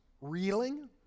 Reeling